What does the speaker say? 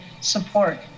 support